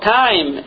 time